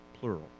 Plural